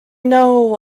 know